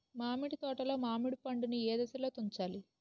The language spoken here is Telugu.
మామిడి తోటలో మామిడి పండు నీ ఏదశలో తుంచాలి?